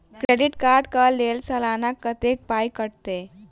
Credit card कऽ लेल सलाना कत्तेक पाई कटतै?